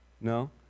No